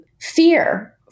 fear